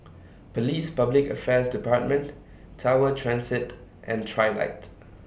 Police Public Affairs department Tower Transit and Trilight